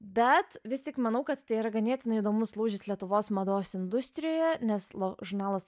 bet vis tik manau kad tai yra ganėtinai įdomus lūžis lietuvos mados industrijoje nes lo žurnalas